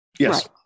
Yes